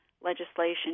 legislation